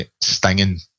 stinging